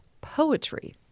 poetry